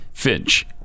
Finch